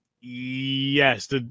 Yes